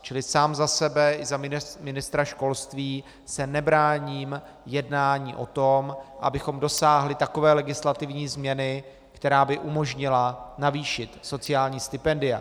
Čili sám za sebe i za ministra školství se nebráním jednání o tom, abychom dosáhli takové legislativní změny, která by umožnila navýšit sociální stipendia.